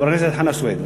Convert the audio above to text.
חבר הכנסת חנא סוייד,